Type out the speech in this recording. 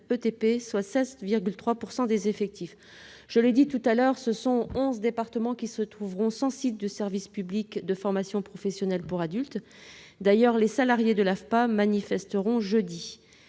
social à l'AFPA. Je l'ai dit précédemment, ce sont onze départements qui se trouveront sans site de service public de formation professionnelle pour adultes. D'ailleurs, les salariés de l'AFPA manifesteront jeudi.